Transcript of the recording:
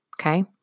Okay